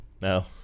no